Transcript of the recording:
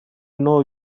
know